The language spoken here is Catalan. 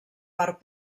part